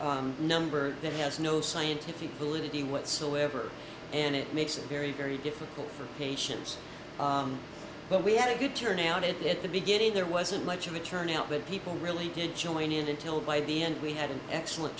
up number that has no scientific validity whatsoever and it makes it very very difficult for patients but we had a good turnout at the beginning there wasn't much of a turnout but people really did join in until by the end we had an excellent